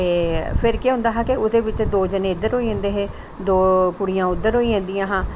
ते फिर केह् होंदा कि ओहदे बिच दो जने इद्धर होई जंदे हे दो कुड़िंया उद्धर होई जंदियां हां